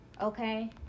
okay